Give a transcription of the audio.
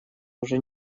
уже